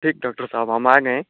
ठीक डौकटर साहब हम आ गए